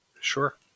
Sure